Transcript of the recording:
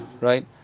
Right